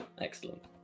Excellent